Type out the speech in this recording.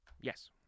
Yes